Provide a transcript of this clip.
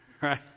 Right